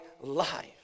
life